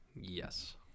Yes